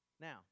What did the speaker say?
Now